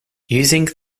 using